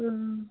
ആ